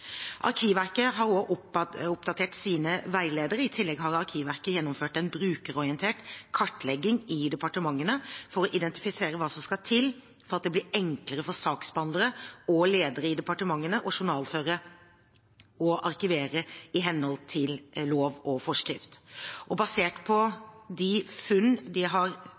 Arkivverket har også oppdatert sine veiledere. I tillegg har Arkivverket gjennomført en brukerorientert kartlegging i departementene for å identifisere hva som skal til for at det blir enklere for saksbehandlere og ledere i departementene å journalføre og arkivere i henhold til lov og forskrift. Basert på de funn de har